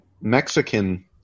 Mexican